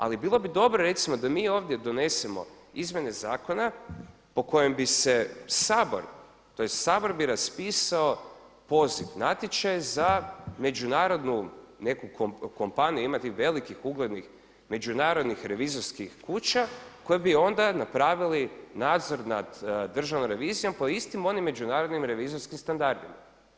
Ali bilo bi dobro recimo da mi ovdje donesemo izmjene zakona po kojem bi se Sabor, tj. Sabor bi raspisao poziv, natječaj za međunarodnu neku kompaniju, imati velikih uglednih međunarodnih revizorskih kuća koje bi onda napravili nadzor nad državnom revizijom po istim onim međunarodnim revizorskim standardima.